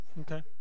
Okay